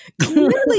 Clearly